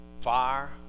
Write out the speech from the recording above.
fire